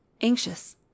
anxious